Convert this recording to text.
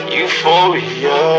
Euphoria